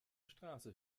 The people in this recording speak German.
straße